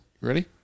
ready